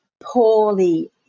poorly